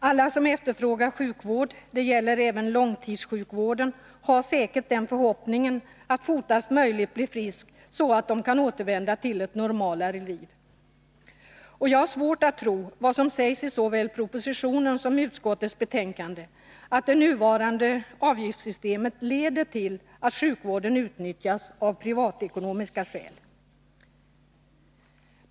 Alla som efterfrågar sjukvård — det gäller även långtidssjukvården — har säkert förhoppningen att fortast möjligt bli så friska att de kan återvända till ett normalare liv. Och jag har svårt att tro vad som sägs såväl i propositionen som i utskottets betänkande, att det nuvarande avgiftssystemet leder till att sjukvården utnyttjas av privatekonomiska skäl.